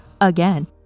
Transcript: again